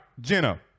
Jenna